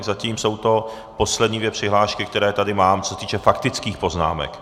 Zatím jsou to poslední dvě přihlášky, které tady mám, co se týče faktických poznámek.